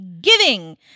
giving